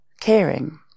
caring